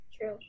True